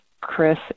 Chris